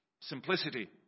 simplicity